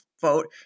vote